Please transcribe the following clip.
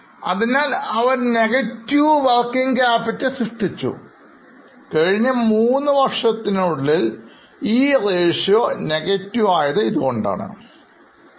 അതിനാൽ അവ ഒരു നെഗറ്റീവ് പ്രവർത്തനമൂലധനം സാഹചര്യത്തിലാണ് കഴിഞ്ഞ മൂന്ന് വർഷത്തിനിടയിൽ ഈ അനുപാതം നെഗറ്റീവ് ആയി തീർന്നതിൻറെ കാരണം ഇതാണ്